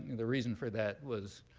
the reason for that was